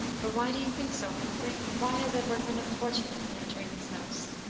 but why do you think so, humphrey? why has edward been unfortunate in entering this house?